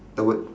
the word